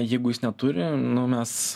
jeigu jis neturi mes